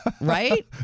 Right